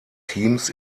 teams